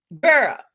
girl